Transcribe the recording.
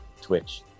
Twitch